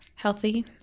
healthy